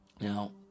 Now